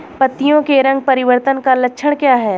पत्तियों के रंग परिवर्तन का लक्षण क्या है?